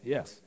Yes